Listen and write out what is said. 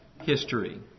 history